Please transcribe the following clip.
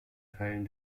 teilen